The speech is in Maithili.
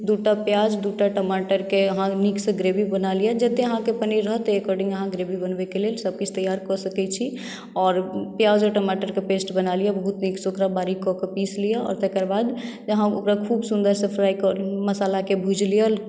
दूटा प्याज दूटा टमाटरकेँ अहाँ नीकसॅं ग्रेवी बना लिअ जते अहाँकेँ पनीर रहत ताहिके अकॉर्डिंग अहाँ ग्रेवी बनबयकेँ लेल सभ किछु तैयार कऽ सकै छी आओर प्याज आओर टमाटरके पेस्ट बना लिअ बहुत नीकसॅं ओकरा बारीक कऽ कऽ पीस लिअ औ आओर तकर बाद अहाँ ओकरा खुब सुन्दरसँ फ्राई मसालाकेँ भुजि लिअ